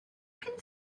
can